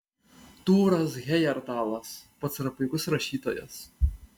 tūras hejerdalas pats yra puikus rašytojas